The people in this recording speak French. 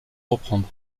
reprendre